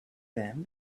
them